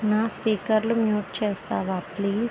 నా స్పీకర్లు మ్యూట్ చేస్తావా ప్లీజ్